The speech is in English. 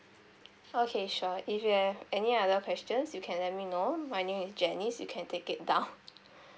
okay sure if you have any other questions you can let me know my name is janice you can take it down